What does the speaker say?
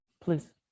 please